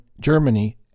Germany